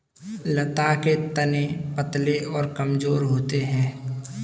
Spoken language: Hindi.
लता के तने पतले और कमजोर होते हैं